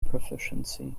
proficiency